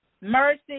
mercy